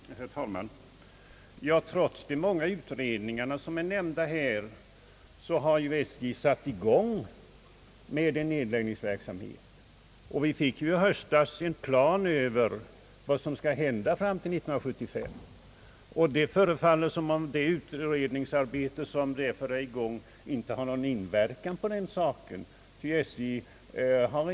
Herr talman! Trots de många utredningar som här är nämnda har SJ satt i gång med en nedläggningsverksamhet. Vi fick ju i höstas en plan över vad som skulle hända fram till år 1975. Det förefaller därför som om det utredningsarbete som är i gång inte har någon inverkan på nedläggningsverksamheten.